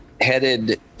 headed